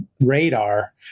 Radar